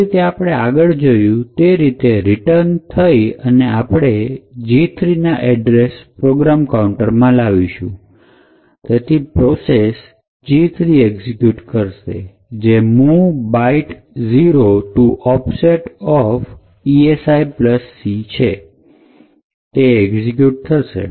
જે રીતે આપણે આગળ જોયું તે રીતે રિટર્ન થઈ અને આપણે જે G ૩ એડ્રેસ પ્રોગ્રામ કાઉન્ટર માં આવશે અને તેથી પ્રોસેસ g3 ઇન્સ્ટ્રક્શન કે જે mov byte ૦ to offset of esic છે તે એક્ઝિક્યુટ કરશે